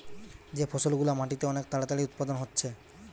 যে ফসল গুলা মাটিতে অনেক তাড়াতাড়ি উৎপাদন হচ্ছে